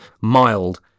mild